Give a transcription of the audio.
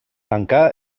tancà